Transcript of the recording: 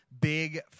big